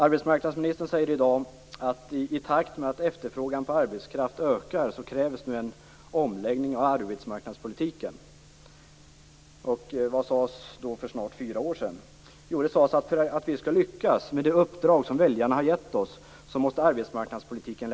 Arbetsmarknadsministern säger i dag att i takt med att efterfrågan på arbetskraft ökar krävs nu en omläggning av arbetsmarknadspolitiken. Vad sades då för snart fyra år sedan? Jo, det sades att vi för att lyckas med det uppdrag som väljarna har gett oss måste lägga om arbetsmarknadspolitiken.